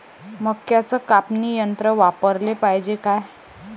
मक्क्याचं कापनी यंत्र वापराले पायजे का?